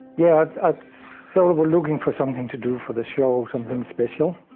yeah i sort of looking for something to do for the show, something special,